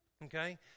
Okay